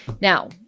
Now